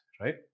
right